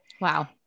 Wow